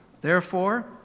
Therefore